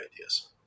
ideas